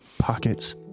pockets